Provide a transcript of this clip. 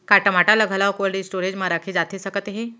का टमाटर ला घलव कोल्ड स्टोरेज मा रखे जाथे सकत हे?